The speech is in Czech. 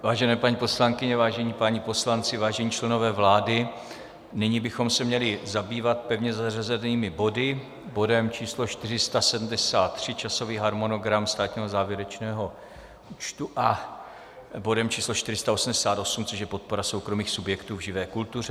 Vážené paní poslankyně, vážení páni poslanci, vážení členové vlády, nyní bychom se měli zabývat pevně zařazenými body: bodem číslo 473, časový harmonogram státního závěrečného účtu, a bodem číslo 488, což je podpora soukromých subjektů v živé kultuře.